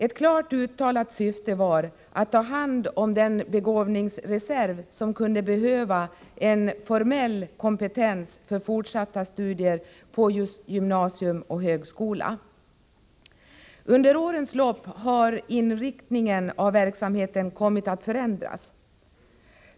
Ett klart uttalat syfte var att ta hand om den begåvningsreserv som kunde behöva en formell kompetens för fortsatta studier på just gymnasium och högskola. Under årens lopp har inriktningen av verksamheten kommit att förändras.